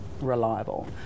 reliable